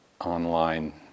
online